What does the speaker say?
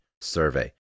survey